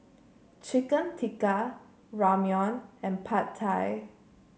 Chicken Tikka Ramyeon and Pad Thai